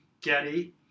Getty